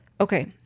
Okay